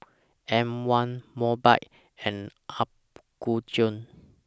M one Mobike and Apgujeong